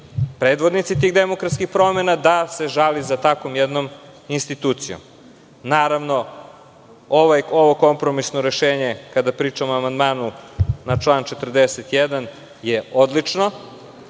predvodnici tih demokratskih promena, da se žali za takvom jednom institucijom. Naravno, ovo kompromisno rešenje, kada pričamo o amandmanu na član 41. je odlično.